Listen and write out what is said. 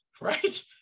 Right